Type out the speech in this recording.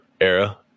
era